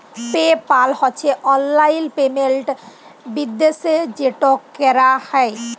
pay পাল হছে অললাইল payment বিদ্যাশে যেট ক্যরা হ্যয়